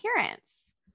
appearance